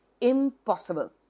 Impossible